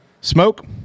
Smoke